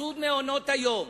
בסבסוד מעונות-היום,